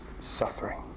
suffering